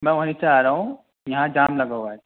میں وہیں پے آ رہا ہوں یہاں جام لگا ہُوا ہے